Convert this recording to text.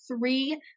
three